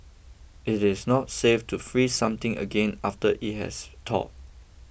it is not safe to freeze something again after it has thawed